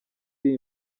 iri